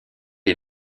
est